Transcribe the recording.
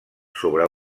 sobre